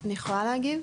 אני יכולה להגיב?